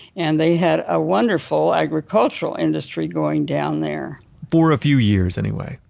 and they had a wonderful agricultural industry going down there for a few years anyway.